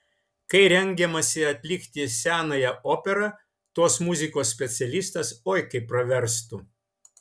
kai rengiamasi atlikti senąją operą tos muzikos specialistas oi kaip praverstų